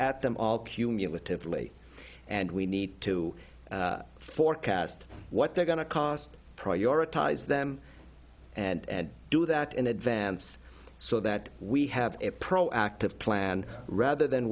at them all cumulatively and we need to forecast what they're going to cost prioritize them and do that in advance so that we have a proactive plan rather than